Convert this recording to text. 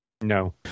no